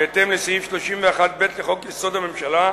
בהתאם לסעיף 31(ב) לחוק-יסוד: הממשלה,